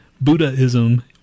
Buddhism